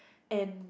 and